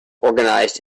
organized